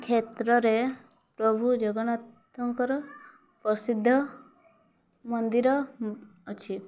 କ୍ଷେତ୍ରରେ ପ୍ରଭୁ ଜଗନ୍ନାଥଙ୍କର ପ୍ରସିଦ୍ଧ ମନ୍ଦିର ଅଛି